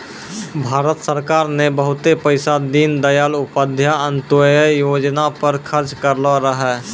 भारत सरकार ने बहुते पैसा दीनदयाल उपाध्याय अंत्योदय योजना पर खर्च करलो रहै